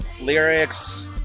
lyrics